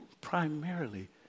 primarily